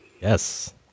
Yes